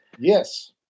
Yes